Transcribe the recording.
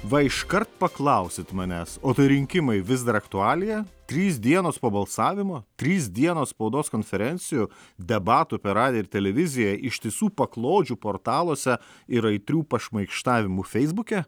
va iškart paklausit manęs o tai rinkimai vis dar aktualija trys dienos po balsavimo trys dienos spaudos konferencijų debatų per radiją ir televiziją ištisų paklodžių portaluose ir aitrių pašmaikštavimų feisbuke